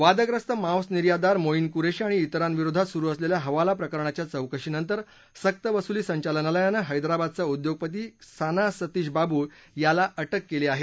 वादग्रस्त मांस निर्यातदार मोईन कुरेशी आणि इतरांविरोधात सुरु असलेल्या हवाला प्रकरणाच्या चौकशीनंतर सक्तवसुली संचालनालयानं हैदराबादचा उद्योगपती सना सतीश बाबू याला अटक केली आहे